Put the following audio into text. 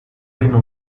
reino